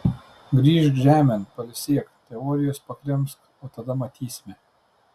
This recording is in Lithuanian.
grįžk žemėn pailsėk teorijos pakrimsk o tada matysime